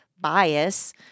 bias